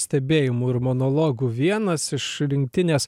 stebėjimų ir monologų vienas iš rinktinės